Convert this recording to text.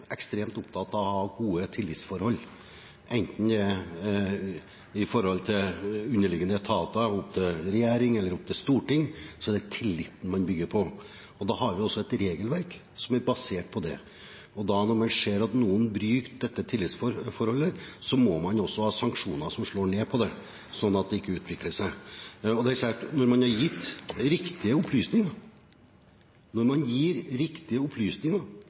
i forholdet til underliggende etater, regjering eller storting, er det tilliten man bygger på, og da har vi også et regelverk som er basert på det. Når man ser at noen bryter dette tillitsforholdet, må man også ha sanksjoner som slår ned på det, sånn at det ikke utvikler seg. Det er klart at når man har gitt riktige opplysninger, og når man gir riktige opplysninger,